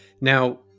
Now